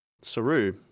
Saru